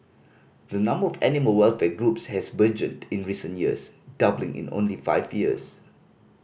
the number of animal welfare groups has burgeoned in recent years doubling in only five years